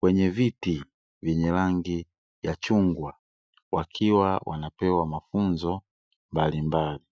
kwenye viti vyenye rangi ya chungwa, wakiwa wanapewa mafunzo mbalimbali.